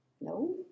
no